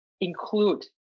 include